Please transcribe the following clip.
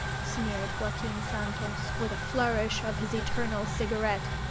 sneered joaquin santos, with a flourish of his eternal cigarette.